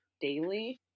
daily